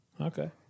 Okay